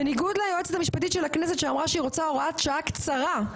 בניגוד ליועצת המשפטית של הכנסת שהיא אמרה שהיא רוצה הוראת שעה קצרה,